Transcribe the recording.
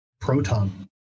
Proton